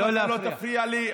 אם אתה לא תפריע לי,